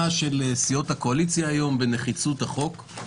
של סיעות הקואליציה היום בנחיצות החוק,